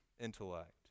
intellect